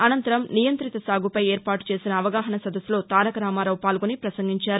అనంతరం నియంఁతిత సాగు పై ఏర్పాటు చేసిన అవగాహన సదస్సులో తారకరామారావు పాల్గొని ప్రసంగించారు